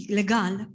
legal